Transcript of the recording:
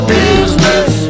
business